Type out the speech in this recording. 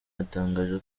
yatangaje